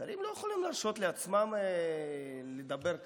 שרים לא יכולים להרשות לעצמם לדבר כך,